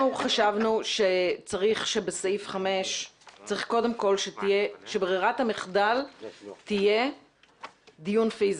אנחנו חשבנו שבסעיף 5 צריך קודם כל שברירת המחדל תהיה דיון פיסי,